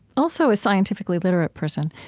also a scientifically literate person,